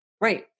Right